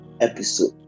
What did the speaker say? episode